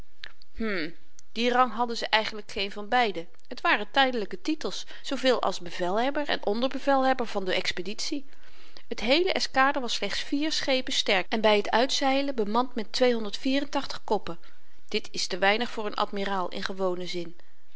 hm dien rang hadden ze eigenlyk geen van beiden het waren tydelyke titels zooveel als bevelhebber en onderbevelhebber van de expeditie t heele eskader was slechts vier schepen sterk en by t uitzeilen bemand met koppen dit is te weinig voor n admiraal in gewonen zin